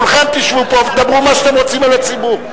כולכם תשבו פה ותדברו מה שאתם רוצים אל הציבור,